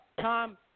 Tom